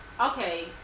okay